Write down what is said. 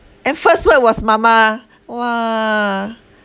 and first word was mama !wah!